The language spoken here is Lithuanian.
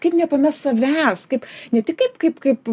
kaip nepamest savęs kaip ne tik kaip kaip kaip